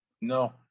No